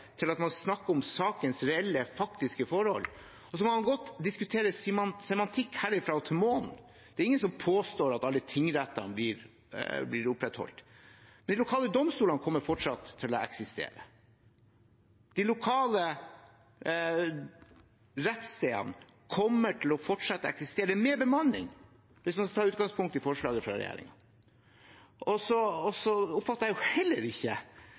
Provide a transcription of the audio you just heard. at man snakker om sakens reelle, faktiske forhold. Så kan man godt diskutere semantikk herfra og til månen. Det er ingen som påstår at alle tingrettene blir opprettholdt, men de lokale domstolene kommer fortsatt til å eksistere. De lokale rettsstedene kommer fortsatt til å eksistere med bemanning, hvis man tar utgangspunkt i forslaget fra